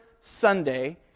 Sunday